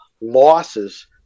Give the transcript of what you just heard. losses